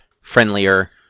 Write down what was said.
Friendlier